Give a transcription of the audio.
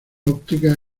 óptica